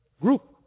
group